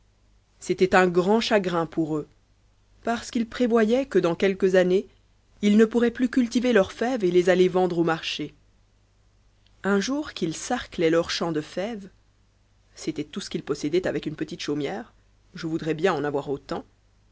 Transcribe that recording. c'était un grand chagrin pour eux parce qu'ils prévoyaient que dans quelques années ils ne pourraient plus cultiver leurs fèves et les aller vendre au marché un jour qu'ils sarclaient leur champ de fèves